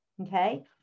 okay